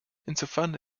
insofern